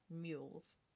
mules